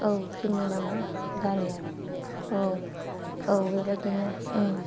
औ क्रिमनि नामआ गारनियार औ औ बेबायदिनो